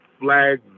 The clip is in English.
flag